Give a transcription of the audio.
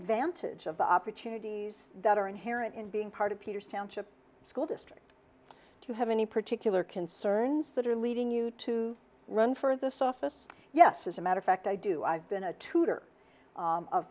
advantage of opportunities that are inherent in being part of peter's township school district to have any particular concerns that are leading you to run for the softness yes as a matter of fact i do i've been a tutor